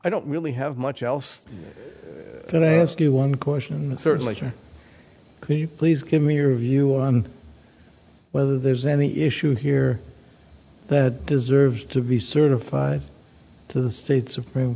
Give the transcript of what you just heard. i don't really have much else going to ask you one question certainly can you please give me your view on whether there's any issue here that deserves to be certified to the state supreme